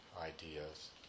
ideas